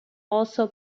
also